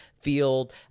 field